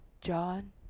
John